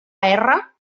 erra